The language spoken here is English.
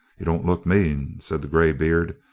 he don't look mean, said the greybeard,